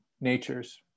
natures